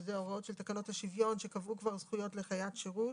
שאלה ההוראות של תקנות השוויון שקבעו כבר זכויות לחיית שירות